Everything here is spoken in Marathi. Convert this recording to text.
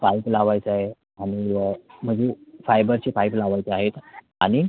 पाईप लावायचा आहे आणि म्हणजे फायबरचे पाईप लावायचे आहेत आणि